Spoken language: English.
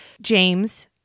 James